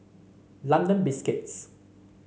London Biscuits